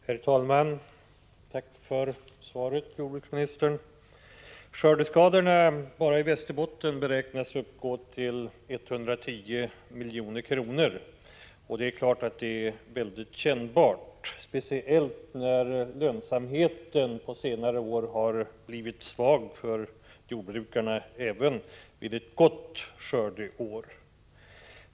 Herr talman! Tack för svaret, jordbruksministern. Skördeskadorna bara i Västerbotten beräknas uppgå till 110 milj.kr. Det är klart att det är väldigt kännbart, speciellt som lönsamheten på senare år har blivit svag för jordbrukarna även vid ett gott skördeår.